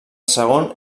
segon